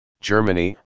Germany